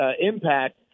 impact